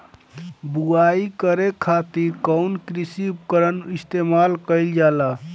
बुआई करे खातिर कउन कृषी उपकरण इस्तेमाल कईल जाला?